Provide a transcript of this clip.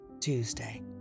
Tuesday